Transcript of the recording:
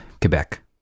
Quebec